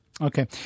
Okay